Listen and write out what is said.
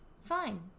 fine